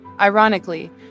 Ironically